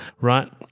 right